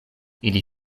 ili